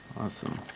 Awesome